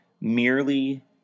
merely